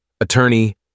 Attorney